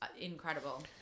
incredible